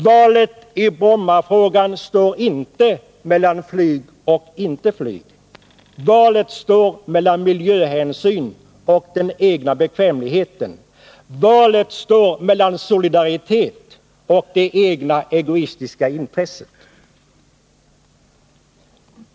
Valet i Brommafrågan står inte mellan flyg och inte flyg. Valet står mellan miljöhänsyn och den egna bekvämligheten. Valet står också mellan solidaritet och det egna, egoistiska intresset.